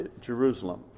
Jerusalem